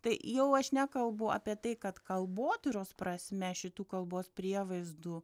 tai jau aš nekalbu apie tai kad kalbotyros prasme šitų kalbos prievaizdų